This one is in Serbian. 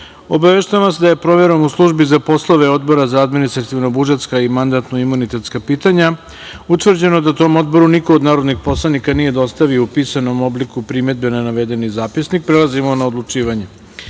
vas da je proverom u službi za poslove Odbora za administrativno budžetska i mandatno imunitetska pitanja utvrđeno da tom Odboru niko od narodnih poslanika nije dostavio u pisanom obliku primedbe na navedeni zapisnik, prelazimo na odlučivanje. Stavljam